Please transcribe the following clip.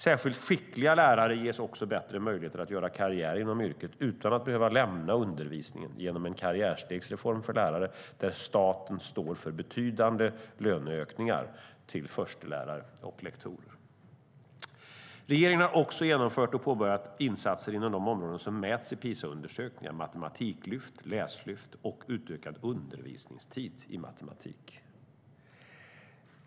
Särskilt skickliga lärare ges också bättre möjligheter att göra karriär inom yrket utan att behöva lämna undervisningen genom en karriärstegsreform för lärare, där staten står för betydande löneökningar för förstelärare och lektorer. Regeringen har även genomfört och påbörjat insatser inom de områden som mäts i PISA-undersökningarna, till exempel genom ett matematiklyft, ett läslyft och utökad undervisningstid i matematik.